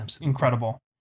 incredible